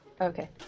Okay